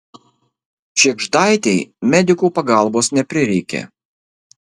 šėgždaitei medikų pagalbos neprireikė